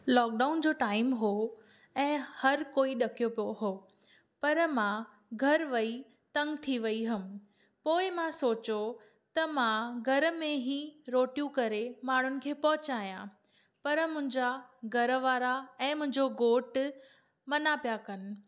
lockdown जो time हो ऐं हर कोई ॾकियो पियो हो पर मां घरु वेही तंग थी वई हुअमि पोइ मां सोचियो त मां घर में ही रोटियूं करे माण्हुनि खे पहुचायां पर मुंहिंजा घर वारा ऐं मुंहिंजो घोटु मना पिया कनि